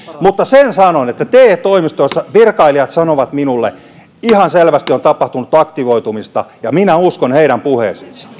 mutta sen sanon että te toimistoista virkailijat sanovat minulle että ihan selvästi on tapahtunut aktivoitumista ja minä uskon heidän puheisiinsa